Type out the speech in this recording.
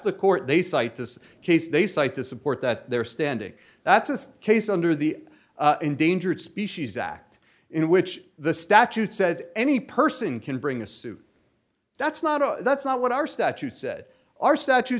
the court they cite this case they cite to support that they're standing that's a case under the endangered species act in which the statute says any person can bring a suit that's not that's not what our statute said our statu